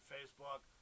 Facebook